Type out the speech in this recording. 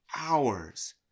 hours